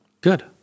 good